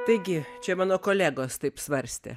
taigi čia mano kolegos taip svarstė